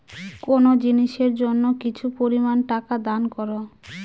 কোনো জিনিসের জন্য কিছু পরিমান টাকা দান করো